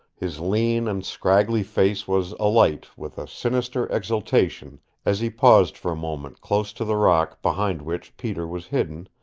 his lean and scraggly face was alight with a sinister exultation as he paused for a moment close to the rock behind which peter was hidden,